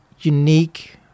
unique